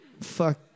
fuck